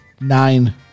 nine